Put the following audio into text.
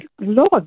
lord